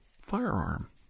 firearm